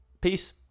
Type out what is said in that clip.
Peace